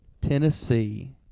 Tennessee –